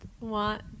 want